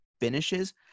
finishes